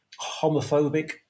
homophobic